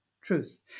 truth